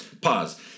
pause